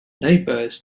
neighbors